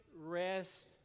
rest